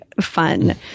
fun